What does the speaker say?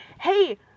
hey